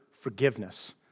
forgiveness